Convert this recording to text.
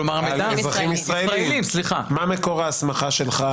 מה מקור ההסמכה שלך?